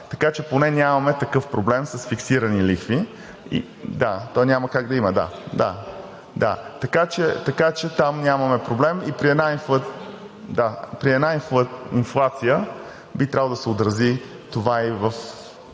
така че поне нямаме такъв проблем с фиксирани лихви. (Реплики.) Да, то няма как да има, да, така че там нямаме проблем и при една инфлация би трябвало да се отрази това,